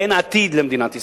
אין עתיד למדינת ישראל.